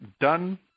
done